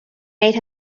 made